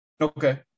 Okay